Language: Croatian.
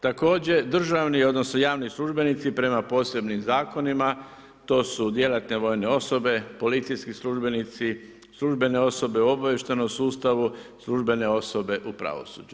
Također državni, odnosno javni službenici prema posebnim zakonima, to su djelatne vojne osobe, policijski službenici, službene osobe u obavještajnom sustavu, službene osobe u pravosuđu.